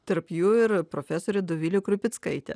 tarp jų ir profesorė dovilė krupickaitė